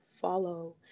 follow